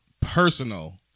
Personal